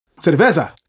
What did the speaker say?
Cerveza